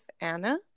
Anna